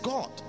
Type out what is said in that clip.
God